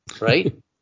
right